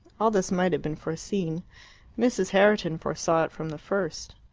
all this might have been foreseen mrs. herriton foresaw it from the first.